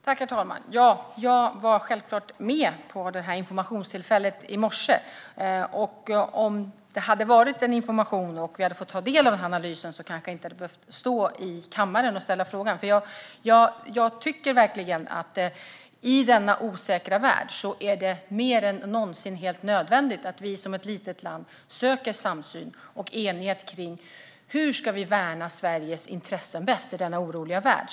Herr talman! Jag var självklart med vid informationstillfället i morse. Om det hade varit information och vi hade fått ta del av denna analys hade jag kanske inte behövt stå i kammaren och ställa frågan. Jag tycker verkligen att det mer än någonsin är helt nödvändigt att vi som ett litet land söker samsyn och enighet kring hur vi bäst ska värna Sveriges intressen i denna oroliga värld.